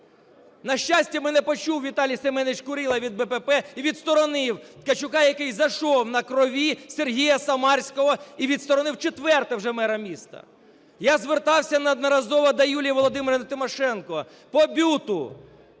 На щастя, мене почув Віталій Семенович Курило від БПП і відсторонив Ткачука, який зайшов на крові Сергія Самарського, і відсторонив вчетверте вже мера міста. Я звертався неодноразово до Юлії Володимирівни Тимошенко. По БЮТ